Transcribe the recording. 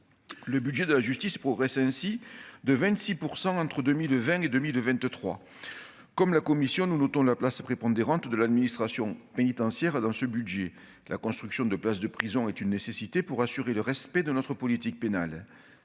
Le budget de la justice progresse ainsi de 26 % entre 2020 et 2023. Comme la commission, nous notons la place prépondérante de l'administration pénitentiaire dans ce budget. La construction de places de prison est une nécessité pour assurer le respect de notre politique pénale.